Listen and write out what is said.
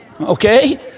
Okay